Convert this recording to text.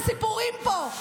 זה סיפורים פה.